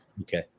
Okay